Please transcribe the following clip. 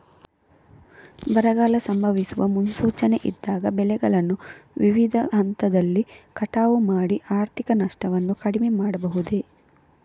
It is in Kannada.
ಬರಗಾಲ ಸಂಭವಿಸುವ ಮುನ್ಸೂಚನೆ ಇದ್ದಾಗ ಬೆಳೆಗಳನ್ನು ವಿವಿಧ ಹಂತದಲ್ಲಿ ಕಟಾವು ಮಾಡಿ ಆರ್ಥಿಕ ನಷ್ಟವನ್ನು ಕಡಿಮೆ ಮಾಡಬಹುದೇ?